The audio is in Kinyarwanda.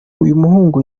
uyumuhungu